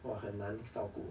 !wah! 很难照顾